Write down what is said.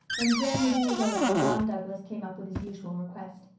when prayer-meeting was over john douglas came up with his usual request.